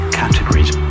categories